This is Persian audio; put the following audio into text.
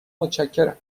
متشکرم